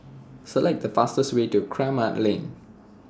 Select The fastest Way to Kramat Lane